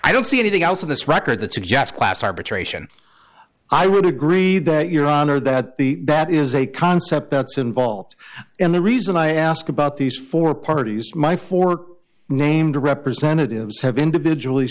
i don't see anything else of this record that suggests class arbitration i would agree that your honor that the that is a concept that's involved in the reason i ask about these four parties my forte named the representatives have individually